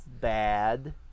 bad